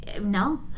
no